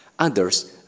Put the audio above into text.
Others